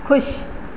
ख़ुशि